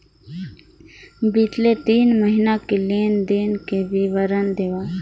बितले तीन महीना के लेन देन के विवरण देवा?